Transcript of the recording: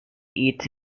eats